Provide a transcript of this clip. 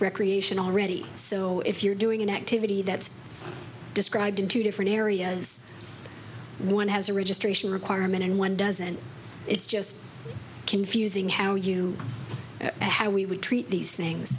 recreation already so if you're doing an activity that's described in two different areas one has a registration requirement and one doesn't it's just confusing how you how we would treat these things